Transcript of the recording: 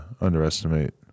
underestimate